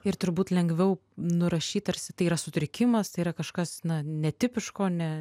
ir turbūt lengviau nurašyt tarsi tai yra sutrikimas tai yra kažkas na netipiško ne